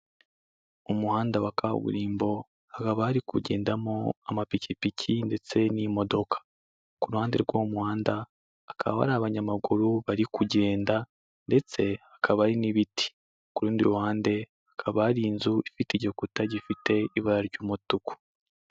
Umuhanda wa kaburimbo hakaba hari kugendamo amapikipiki ndetse n'imodoka, ku ruhande rw'uwo muhanda akaba ari abanyamaguru bari kugenda ndetse hakaba hari n'ibiti, ku rundi ruhande hakaba hari inzu ifite igikuta gifite ibara ry'umutuku.